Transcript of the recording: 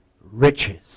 riches